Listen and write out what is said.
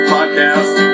Podcast